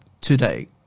today